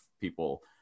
people